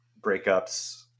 breakups